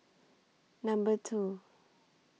Number two